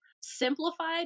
simplified